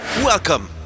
Welcome